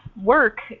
work